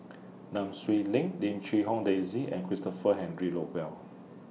Nam Swee Leng Lim Quee Hong Daisy and Christopher Henry Rothwell